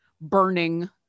burning